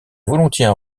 volontiers